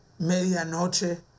medianoche